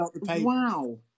wow